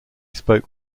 spoke